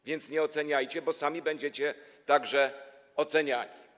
A więc nie oceniajcie, bo sami będziecie także oceniani.